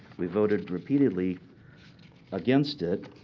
we voted repeatedly against it.